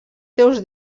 seus